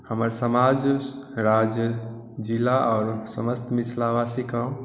हमर समाज राज्य जिला आओर समस्त मिथिला वासीकेॅं